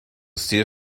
steal